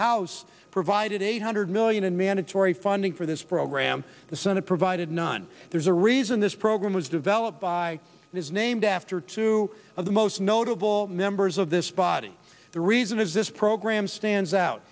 house provided eight hundred million in mandatory funding for this program the senate provided none there's a reason this program was developed by and is named after two of the most notable members of this body the reason is this program stands out